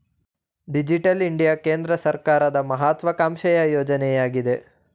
digital India ಕೇಂದ್ರ ಸರ್ಕಾರದ ಮಹತ್ವಾಕಾಂಕ್ಷೆಯ ಯೋಜನೆಯಗಿದೆ